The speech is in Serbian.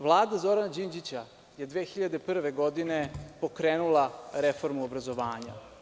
Vlada Zorana Đinđića je 2001. godine pokrenula reformu obrazovanja.